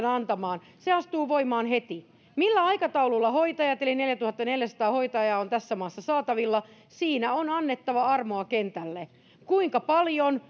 antamaan se astuu voimaan heti siinä millä aikataululla hoitajat eli neljätuhattaneljäsataa hoitajaa on tässä maassa saatavilla on annettava armoa kentälle ratkaisu siihen kuinka paljon